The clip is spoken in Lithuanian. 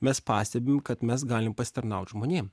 mes pastebim kad mes galim pasitarnauti žmonėms